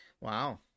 Wow